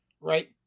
right